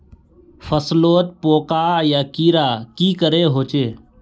फसलोत पोका या कीड़ा की करे होचे?